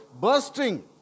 Bursting